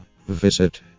visit